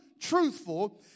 truthful